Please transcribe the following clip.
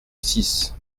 six